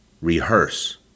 rehearse